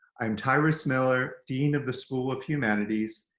i'm tyrus miller, dean of the school of humanities,